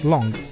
Long